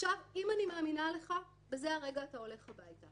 אם אני מאמינה לך, בזה הרגע אתה הולך הביתה.